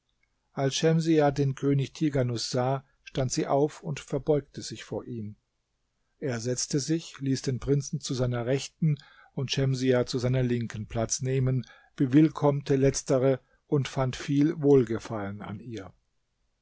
als schemsiah den könig tighanus sah stand sie auf und verbeugte sich vor ihm er setzte sich ließ den prinzen zu seiner rechten und schemsiah zu seiner linken platz nehmen bewillkommte letztere und fand viel wohlgefallen an ihr